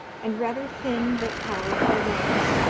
and rather thin but powerful legs,